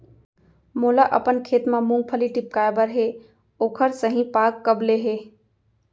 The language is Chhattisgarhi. मोला अपन खेत म मूंगफली टिपकाय बर हे ओखर सही पाग कब ले हे?